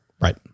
Right